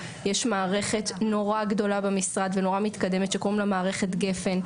יש מערכת נורא גדולה במשרד ונורא מתקדמת שקוראים לה מערכת "גפן".